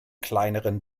kleineren